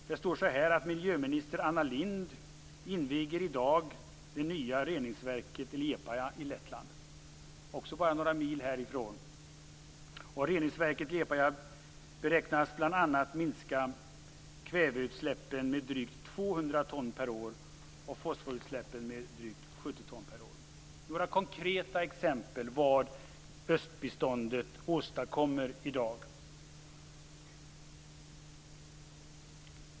Det står: Miljöminister Anna Lindh inviger i dag det nya reningsverket i Liepaja i Lettland. Det är också bara några mil härifrån. Reningsverket i Liepaja beräknas bl.a. minska kväveutsläppen med drygt 200 ton per år och fosforutsläppen med drygt 70 ton per år. Det är några konkreta exempel på vad östbiståndet åstadkommer i dag.